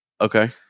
Okay